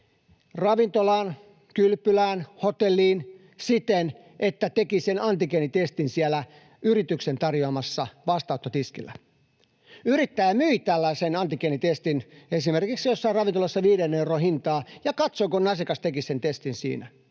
ravintolaan, kylpylään ja hotelliin siten, että teki sen antigeenitestin siellä yrityksen tarjoamalla vastaanottotiskillä? Yrittäjä myi tällaisen antigeenitestin esimerkiksi jossain ravintolassa 5 euron hintaan ja katsoi, kun asiakas teki sen testin siinä.